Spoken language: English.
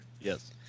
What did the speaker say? Yes